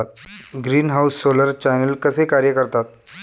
Greenhouse solar channel कसे कार्य करतात?